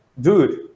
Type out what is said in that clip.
dude